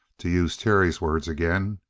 to use terry's words again.